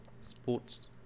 Sports